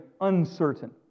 uncertain